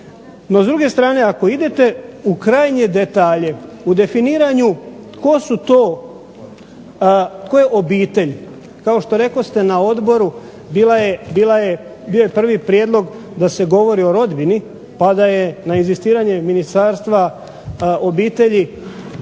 NO, s druge strane ako idete u krajnje detalje u definiranju što je to obitelj, kao što rekoste na Odboru bio je prvo prijedlog da se govori o rodbini, pa da je na inzistiranje Ministarstva obitelji